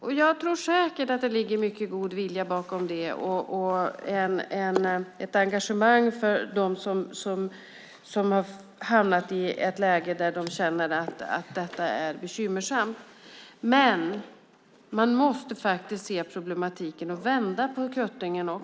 Det ligger säkert mycket god vilja bakom det och ett engagemang för dem som har hamnat i ett läge där de känner att det är bekymmersamt. Man måste dock vända på kuttingen.